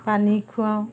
পানী খুৱাওঁ